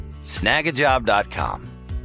snagajob.com